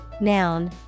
noun